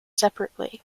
separately